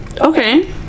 Okay